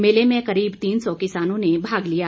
मेले में करीब तीन सौ किसानों ने भाग लिया